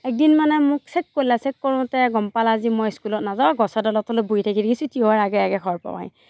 একদিন মানে মোক ছেক কৰিলে ছেক কৰোঁতে গম পালাক যে মই স্কুলত নাযাওঁ গছৰ তলত হ'লে বহি থাকি থাকি ছুটী হোৱা ৰ আগে আগে ঘৰ পাওঁহি